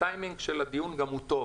הטיימינג של הדיון הזה הוא טוב,